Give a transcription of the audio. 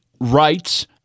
rights